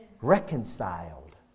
Reconciled